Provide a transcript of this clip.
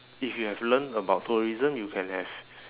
if you have learned about tourism you can have